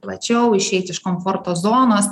plačiau išeit iš komforto zonos